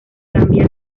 cambia